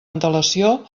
antelació